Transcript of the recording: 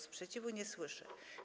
Sprzeciwu nie słyszę.